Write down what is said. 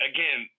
Again